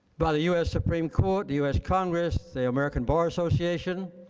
by the us supreme court, the us congress, the american bar association,